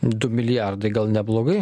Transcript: du milijardai gal neblogai